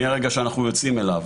מרגע שאנחנו יוצאים אליו,